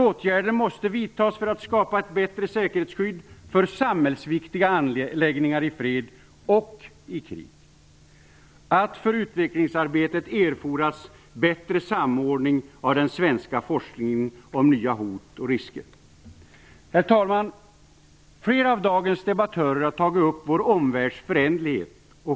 Åtgärder måste vidtas för att skapa ett bättre säkerhetsskydd för samhällsviktiga anläggningar i fred och i krig. För utvecklingsarbetet erfordras bättre samordning av den svenska forskningen om nya hot och risker. Herr talman! Flera av dagens debattörer har tagit upp vår omvärlds föränderlighet.